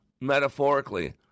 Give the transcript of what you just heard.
metaphorically